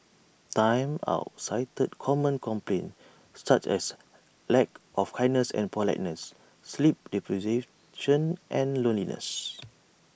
Time Out cited common complaints such as lack of kindness and politeness sleep and loneliness